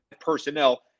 personnel